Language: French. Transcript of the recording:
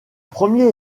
premier